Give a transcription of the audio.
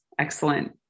Excellent